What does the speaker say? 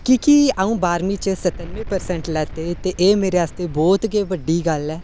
की कि अ'ऊं बाह्रमीं च सतानमें प्रसैंट लैते ते एह् मेरे आस्तै बहुत गै बड्डी गल्ल ऐ